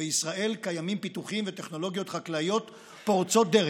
ובישראל קיימים פיתוחים וטכנולוגיות חקלאיות פורצי דרך.